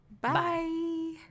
bye